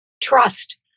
Trust